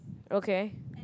okay